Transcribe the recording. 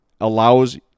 allows